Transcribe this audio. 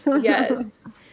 Yes